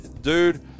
dude